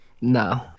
No